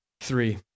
three